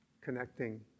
connecting